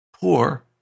poor